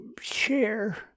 share